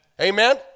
Amen